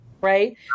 right